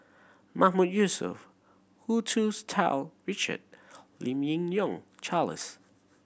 Mahmood Yusof Hu Tsu Tau Richard Lim Yi Yong Charles